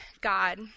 God